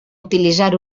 utilitzar